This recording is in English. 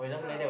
yeah